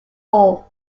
all